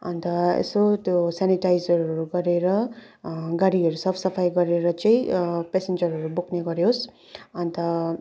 अन्त यसो त्यो सेनिटाइजरहरू गरेर गाडीहरू साफ सफाइ गरेर चाहिँ पेसेन्जरहरू बोक्ने गरोस् अन्त